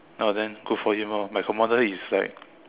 oh then good for him loh like commander is like